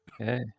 Okay